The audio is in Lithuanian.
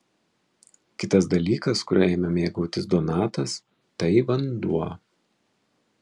kitas dalykas kuriuo ėmė mėgautis donatas tai vanduo